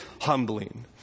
humbling